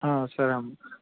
సరే అమ్మ